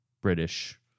British